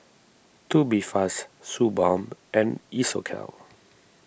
Tubifast Suu Balm and Isocal